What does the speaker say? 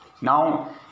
now